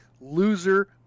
Loser